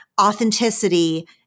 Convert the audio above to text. authenticity